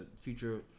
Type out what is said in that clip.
future